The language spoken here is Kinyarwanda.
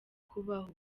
kubaho